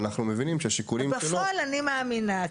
אז בפועל אני מאמינה,